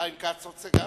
חיים כץ רוצה.